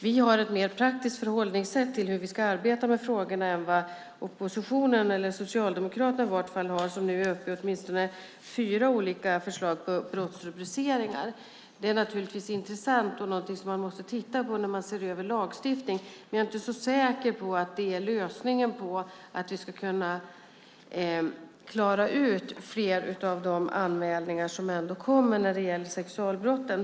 Vi har ett mer praktiskt förhållningssätt till hur vi ska arbeta med frågorna än vad oppositionen, eller i varje fall Socialdemokraterna, har. Ni är nu uppe i åtminstone fyra olika förslag på brottsrubriceringar. Det är givetvis intressant och något man måste titta på när man ser över lagstiftningen, men jag är inte säker på att det är lösningen för att vi ska kunna klara ut fler av de anmälningar som kommer när det gäller sexualbrott.